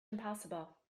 impossible